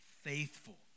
faithful